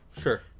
Sure